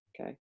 okay